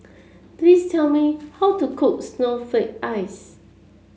please tell me how to cook Snowflake Ice